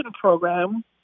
program